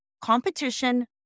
competition